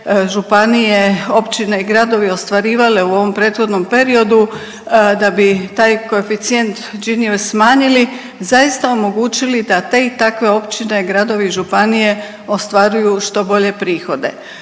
županije, općine i gradovi ostvarivale u ovom prethodnom periodu da bi taj koeficijent …/Govornik se ne razumije/…smanjili, zaista omogućili da te i takve općine, gradove i županije ostvaruju što bolje prihode.